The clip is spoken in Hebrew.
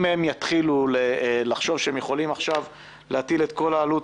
אם הם יתחילו לחשוב שהם יכולים עכשיו להטיל את כל העלות